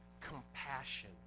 compassion